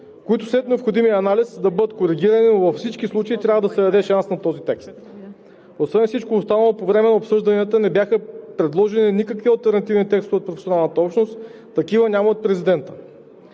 които след необходимия анализ да бъдат коригирани, но във всички случаи трябва да се даде шанс на този текст. Освен всичко останало, по време на обсъжданията не бяха предложени никакви алтернативни текстове от професионалната общност, такива няма и от президента.